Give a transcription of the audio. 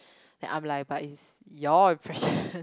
that I'm like but it's your impression